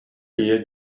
year